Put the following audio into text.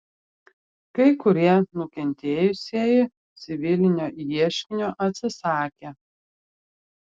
kai kurie nukentėjusieji civilinio ieškinio atsisakė